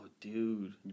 dude